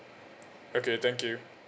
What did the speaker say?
okay thank you